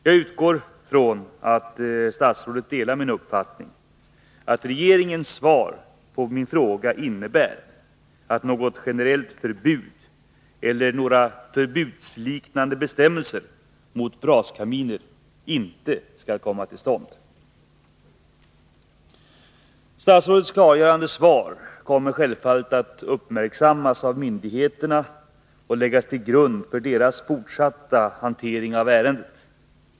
Jag utgår från att statsrådet delar min uppfattning att regeringens svar på min fråga innebär att något generellt förbud eller några förbudsliknande bestämmelser mot braskaminer inte skall komma till stånd. Statsrådets klargörande svar kommer självfallet att uppmärksammas av myndigheterna och läggas till grund för deras fortsatta hantering av ärendet.